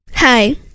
Hi